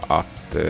att